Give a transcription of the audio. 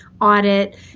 audit